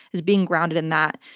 is being grounded in that.